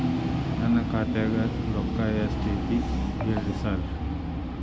ನನ್ ಖಾತ್ಯಾಗ ರೊಕ್ಕಾ ಎಷ್ಟ್ ಐತಿ ಹೇಳ್ರಿ ಸಾರ್?